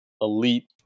elite